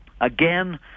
again